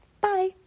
Bye